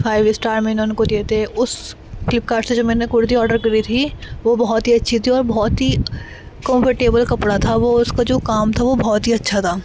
five star میں نے ان کو دیے تھے اس فلپ کارٹ سے جو میں نے کرتی آڈر کری تھی وہ بہت ہی اچھی تھی اور بہت ہی کمفرٹیبل کپڑا تھا وہ اس کا جو کام تھا وہ بہت ہی اچھا تھا